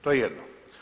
To je jedno.